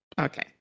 Okay